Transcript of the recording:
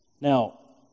Now